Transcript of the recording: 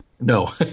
No